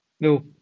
No